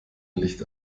licht